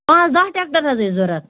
پانٛژھ دَہ ٹٮ۪کٹَر حظ ٲسۍ ضوٚرَتھ